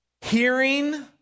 Hearing